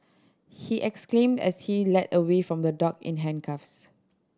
he exclaimed as he led away from the dock in handcuffs